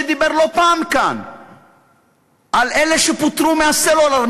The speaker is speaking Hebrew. שדיבר כאן לא פעם על אלה שפוטרו בשוק הסלולר.